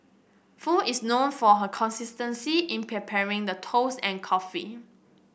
Foo is known for her consistency in preparing the toast and coffee